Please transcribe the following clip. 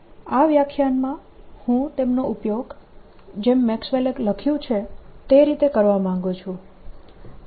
આ વ્યાખ્યાનમાં હું તેમનો ઉપયોગ જેમ મેક્સવેલે લખ્યું છે તે રીતે કરવા માંગુ છું